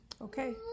okay